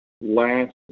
last